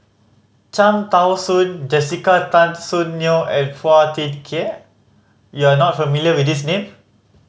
Cham Tao Soon Jessica Tan Soon Neo and Phua Thin Kiay you are not familiar with these name